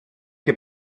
heb